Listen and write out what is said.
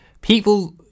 people